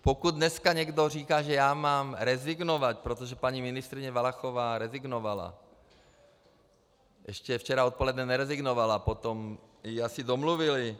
Pokud dneska někdo říká, že já mám rezignovat, protože paní ministryně Valachová rezignovala ještě včera odpoledne nerezignovala, potom jí asi domluvili.